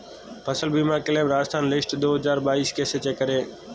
फसल बीमा claim Rajasthan list दो हज़ार बाईस कैसे चेक करें?